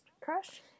crush